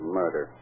murder